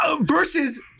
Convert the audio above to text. versus